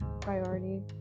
priority